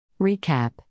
Recap